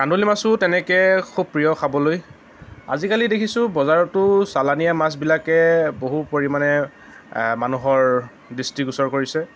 কান্ধুলি মাছো তেনেকৈ খুব প্ৰিয় খাবলৈ আজিকালি দেখিছোঁ বজাৰতো চালানীয়া মাছবিলাকে বহু পৰিমাণে মানুহৰ দৃষ্টিগোচৰ কৰিছে